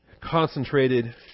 concentrated